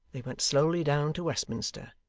they went slowly down to westminster,